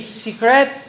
secret